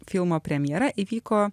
filmo premjera įvyko